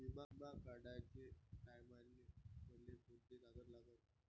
बिमा काढाचे टायमाले मले कोंते कागद लागन?